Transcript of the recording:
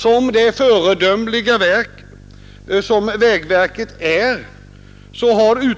Som det föredömliga verk som vägverket är har det i